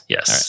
Yes